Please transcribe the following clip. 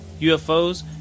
UFOs